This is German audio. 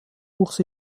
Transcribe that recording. wuchs